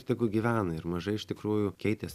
tegu gyvena ir mažai iš tikrųjų keitės